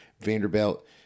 Vanderbilt